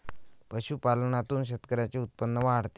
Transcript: पशुपालनातून शेतकऱ्यांचे उत्पन्न वाढते